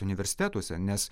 universitetuose nes